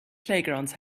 playgrounds